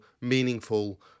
meaningful